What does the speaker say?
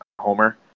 homer